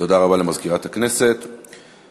אנחנו עוברים להצעת חוק הבחירות לכנסת (תיקון מס' 61),